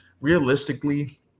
realistically